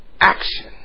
action